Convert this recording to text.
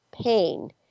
pain